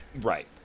Right